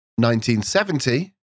1970